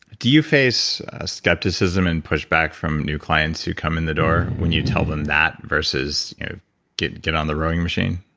do you face skepticism and pushback from new clients who come in the door when you tell them that versus get get on the rowing machine?